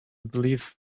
believe